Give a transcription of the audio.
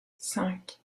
cinq